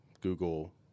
Google